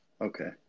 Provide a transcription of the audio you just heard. Okay